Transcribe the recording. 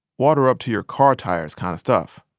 water-up-to-your-car-tires kind of stuff.